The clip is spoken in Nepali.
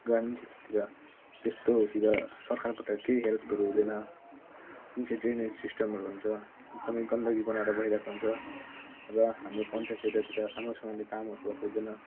ग्रामीण क्षेत्रतिर त्यस्तोतिर सरकारबाट केही हेल्पहरू हुँदैन जुन चाहिँ ड्रेनेज सिस्टमहरू हुन्छ हामी गन्दगी बनाएर बगिरहेको हुन्छ र हाम्रो पञ्चायत एरियातिर राम्रोसँगले कामहरू अब हुँदैन